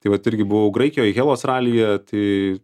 tai vat irgi buvau graikijoje helas ralyje tai